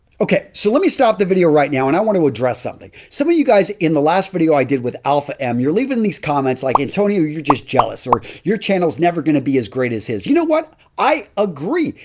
okay. so, let me stop the video right now and i want to address something. some of you guys in the last video i did with alpha m, you're leaving these comments like, antonio, you're just jealous. or your channel is never going to be as great as his. you know what? i agree.